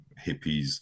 hippies